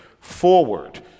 forward